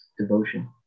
devotion